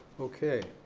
okay,